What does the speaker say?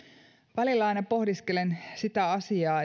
välillä aina pohdiskelen sitä asiaa